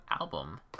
album